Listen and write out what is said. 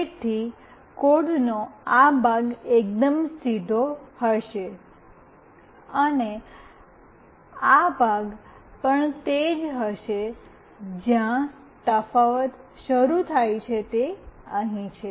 તેથી કોડનો આ ભાગ એકદમ સીધો હશે અને આ ભાગ પણ તે જ હશે જ્યાં તફાવત શરૂ થાય છે તે અહીં છે